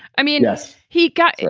i mean, yes, he got.